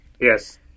Yes